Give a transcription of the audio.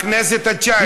אתה מדבר בכנסת התשע-עשרה.